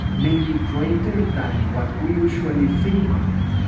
maybe greater than what we usually think of.